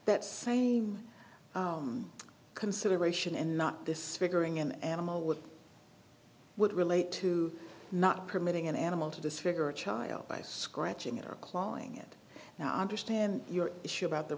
that same consideration and not this figuring an animal would would relate to not permitting an animal to disfigure a child by scratching and clawing it now i understand your issue about the